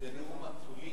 יישר כוח.